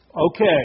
Okay